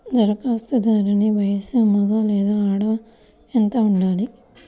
ధరఖాస్తుదారుని వయస్సు మగ లేదా ఆడ ఎంత ఉండాలి?